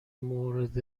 مورد